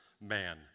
man